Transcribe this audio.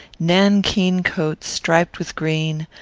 nankeen coat striped with green,